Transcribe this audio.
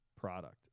product